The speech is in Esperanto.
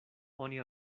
oni